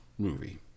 Movie